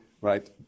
right